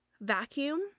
vacuum